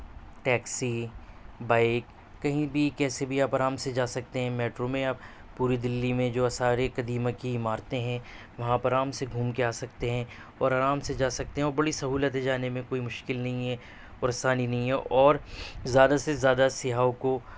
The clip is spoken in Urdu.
ٹیکسی بائک کہیں بھی کیسے بھی آپ آرام سے جا سکتے ہیں میٹرو میں یا پوری دلی میں جو آثارِ قدیمہ کی عمارتیں ہیں وہاں پر آرام سے گھوم کر آ سکتے ہیں اور آرام سے جا سکتے ہیں اور بڑی سہولت ہے جانے میں کوئی مشکل نہیں ہے پریشانی نہیں ہے اور زیادہ سے زیادہ سیاحوں کو